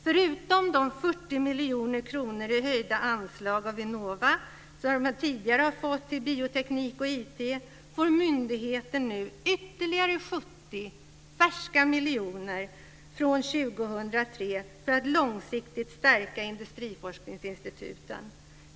Förutom de 70 miljoner kronor i höjda anslag som Vinnova redan fått till bioteknik och IT får myndigheten ytterligare 70 färska miljoner från 2003 för att långsiktigt stärka industriforskningsinstituten.